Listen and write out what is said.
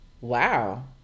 Wow